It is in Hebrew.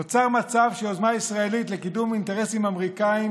נוצר מצב שיוזמה ישראלית לקידום אינטרסים אמריקאיים